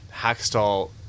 Hackstall